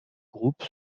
groupe